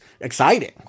exciting